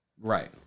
Right